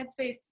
Headspace